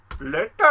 Later